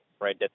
right